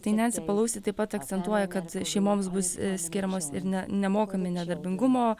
tai nenci palousi taip pat akcentuoja kad šeimoms bus skiriamos ir ne nemokami nedarbingumo